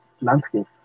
landscape